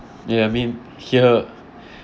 ya I mean here